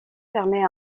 permet